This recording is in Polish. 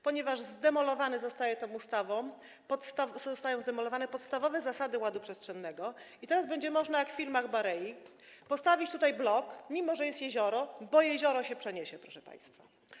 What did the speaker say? Ponieważ tą ustawą zostają zdemolowane podstawowe zasady ładu przestrzennego i teraz będzie można jak w filmach Barei postawić tutaj blok, mimo że jest jezioro, bo jezioro się przeniesie, proszę państwa.